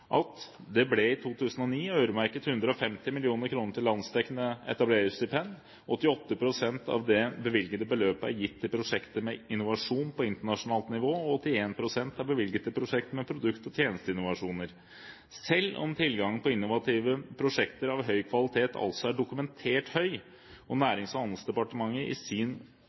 2011: «Det ble i 2009 øremerket 150 mill. kr til landsdekkende etablererstipend. 88 pst. av det bevilgede beløpet er gitt til prosjekter med innovasjon på internasjonalt nivå og 81 pst. er bevilget til prosjekter med produkt-/tjenesteinnovasjoner.» Selv om tilgangen på innovative prosjekter av høy kvalitet altså er dokumentert høy, og Nærings- og handelsdepartementet i sin